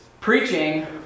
preaching